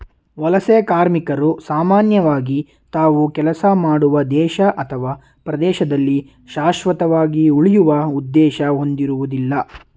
ವಲಸೆ ಕಾರ್ಮಿಕರು ಸಾಮಾನ್ಯವಾಗಿ ತಾವು ಕೆಲಸ ಮಾಡುವ ದೇಶ ಅಥವಾ ಪ್ರದೇಶದಲ್ಲಿ ಶಾಶ್ವತವಾಗಿ ಉಳಿಯುವ ಉದ್ದೇಶ ಹೊಂದಿರುವುದಿಲ್ಲ